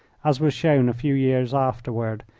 as was shown a few years afterward,